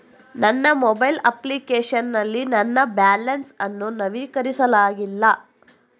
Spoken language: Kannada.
ನನ್ನ ಮೊಬೈಲ್ ಅಪ್ಲಿಕೇಶನ್ ನಲ್ಲಿ ನನ್ನ ಬ್ಯಾಲೆನ್ಸ್ ಅನ್ನು ನವೀಕರಿಸಲಾಗಿಲ್ಲ